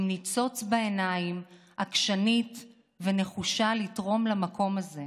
עם ניצוץ בעיניים, עקשנית ונחושה לתרום למקום הזה.